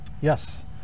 Yes